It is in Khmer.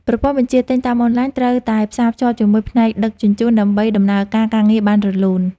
ប្រព័ន្ធបញ្ជាទិញតាមអនឡាញត្រូវតែផ្សារភ្ជាប់ជាមួយផ្នែកដឹកជញ្ជូន ដើម្បីដំណើរការការងារបានរលូន។